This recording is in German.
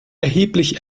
erheblich